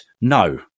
No